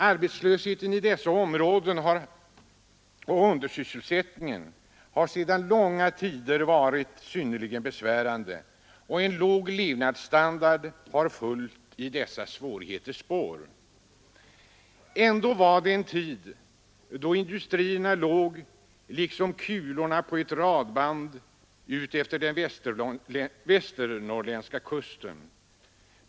Arbetslösheten och undersysselsättningen i dessa områden har sedan långa tider varit synnerligen besvärande, och en låg levnadsstandard har följt i dess svårigheters spår. Ändå var det en tid då industrierna låg liksom kulorna på ett radband utefter den västernorrländska kusten.